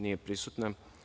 Nije prisutna.